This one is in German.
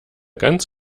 ganz